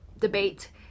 debate